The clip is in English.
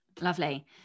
Lovely